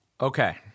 Okay